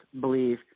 believe